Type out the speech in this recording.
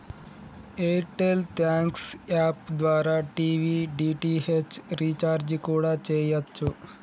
air tell thanks app ద్వారా TV DTH recharge కూడా చెయ్యచ్చు